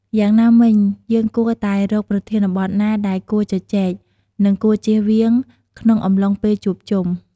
យ៉ាងណាមិញ យើងគួរតែរកប្រធានបទណាដែលគួរជជែក និងគួរជៀសវាងក្នុងអំឡុងពេលជួបជុំ។